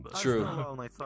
True